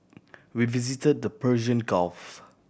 we visit the Persian Gulf